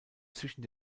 zwischen